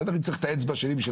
אם צריך את האצבע שלי בשביל